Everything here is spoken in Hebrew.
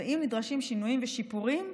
ואם נדרשים שינויים ושיפורים,